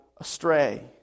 astray